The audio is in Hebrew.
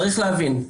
צריך להבין,